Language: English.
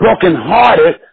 brokenhearted